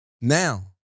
Now